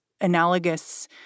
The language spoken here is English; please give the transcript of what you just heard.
analogous